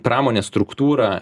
pramonės struktūra